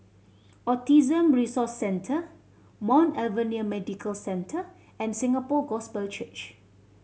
Autism Resource Centre Mount Alvernia Medical Centre and Singapore Gospel Church